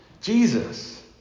Jesus